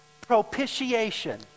propitiation